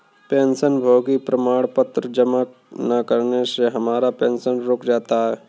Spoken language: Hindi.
पेंशनभोगी प्रमाण पत्र जमा न करने से हमारा पेंशन रुक जाता है